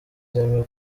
zemewe